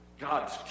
God's